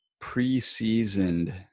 pre-seasoned